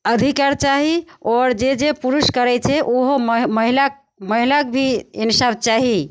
अधिकार चाही आओर जे जे पुरुष करय छै उहो महिला महिलाके भी इन्साफ चाही